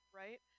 right